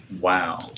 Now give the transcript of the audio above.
Wow